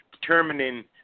determining